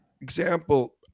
Example